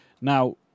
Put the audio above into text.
Now